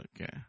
Okay